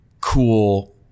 cool